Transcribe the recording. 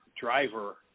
driver